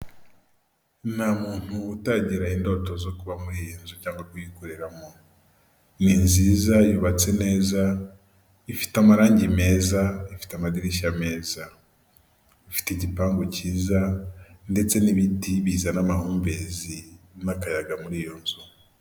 Nta muntu utagera indoto zo kuba muri iyi nzu cyangwa kuyikoreramo, ni nziza yubatse neza ifite amarangi meza ifite amadirishya meza ifite igipangu cyiza ndetse n'ibiti bizazana amahumbezi n'akayaga muri iyo nzu.